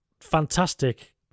fantastic